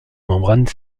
membrane